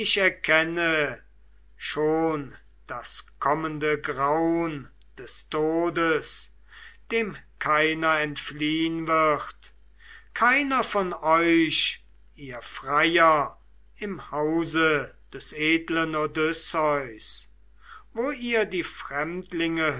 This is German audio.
erkenne schon das kommende graun des todes dem keiner entfliehn wird keiner von euch ihr freier im hause des edlen odysseus wo ihr die fremdlinge